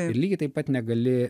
ir lygiai taip pat negali